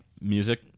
Music